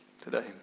Today